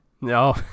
No